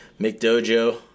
McDojo